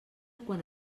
quan